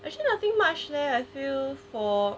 actually nothing much leh I feel for